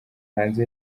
hanze